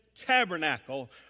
Tabernacle